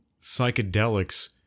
psychedelics